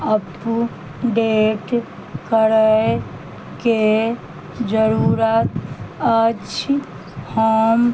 up to date करयके जरूरत अछि हम